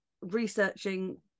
researching